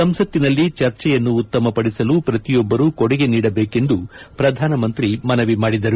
ಸಂಸತ್ತಿನಲ್ಲಿ ಚರ್ಚೆಯನ್ನು ಉತ್ತಮ ಪಡಿಸಲು ಪ್ರತಿಯೊಬ್ಲರೂ ಕೊಡುಗೆ ನೀಡಬೇಕೆಂದು ಪ್ರಧಾನಮಂತ್ರಿ ಮನವಿ ಮಾಡಿದರು